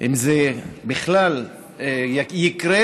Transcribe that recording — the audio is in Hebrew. אם זה בכלל יקרה,